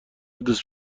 دوست